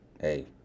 hey